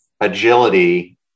agility